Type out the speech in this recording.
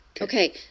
Okay